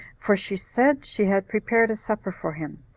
for she said she had prepared a supper for him.